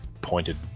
pointed